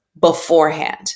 beforehand